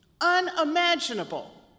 Unimaginable